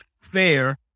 fair